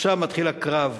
עכשיו מתחיל הקרב.